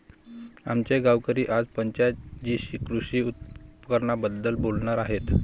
आमचे गावकरी आज पंचायत जीशी कृषी उपकरणांबद्दल बोलणार आहेत